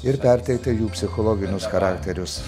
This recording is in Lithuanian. ir perteikti jų psichologinius charakterius